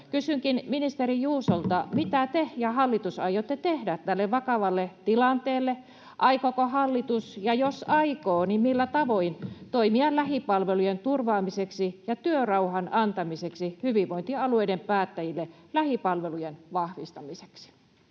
Kysynkin ministeri Juusolta: Mitä te ja hallitus aiotte tehdä tälle vakavalle tilanteelle? Aikooko hallitus — ja jos aikoo, niin millä tavoin — toimia lähipalvelujen turvaamiseksi ja työrauhan antamiseksi hyvinvointialueiden päättäjille lähipalvelujen vahvistamiseksi?